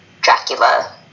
Dracula